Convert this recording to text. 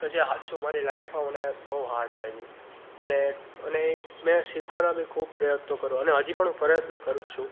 કે જે સાચું મારી લાઈફમાં મને બહુ હાર્ડ લાગ્યું અને અને મેં શીખવાના બી ખૂબ પ્રયત્નો કરવા અને હજી પણ પ્રયત્ન કરું જ છું